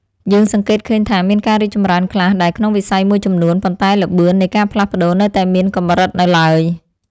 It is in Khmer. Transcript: យើងសង្កេតឃើញថាមានការរីកចម្រើនខ្លះដែរក្នុងវិស័យមួយចំនួន ប៉ុន្តែល្បឿននៃការផ្លាស់ប្តូរនៅតែមានកម្រិតនៅឡើយ។